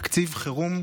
היה תקציב חירום,